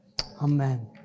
Amen